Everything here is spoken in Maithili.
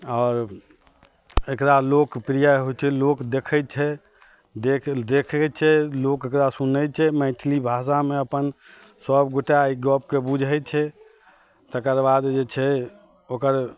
आओर एकरा लोकप्रिय होइ छै लोक देखै छै देखै छै लोक एकरा सुनै छै मैथिली भाषामे अपन सबगोटा एहि गपके बुझै छै तकर बाद जे छै ओकर